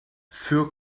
für